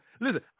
listen